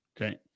Okay